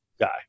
guy